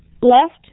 left